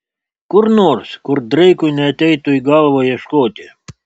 kur nors kur dreikui neateitų į galvą ieškoti